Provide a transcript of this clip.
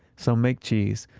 so make cheese,